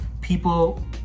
people